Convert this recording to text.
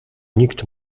nikt